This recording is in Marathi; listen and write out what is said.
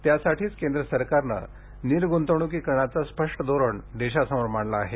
त्यासाठीच केंद्र सरकारनं निर्गूंतवणुकीकरणाचं स्पष्ट धोरण देशासमोर मांडलं आहे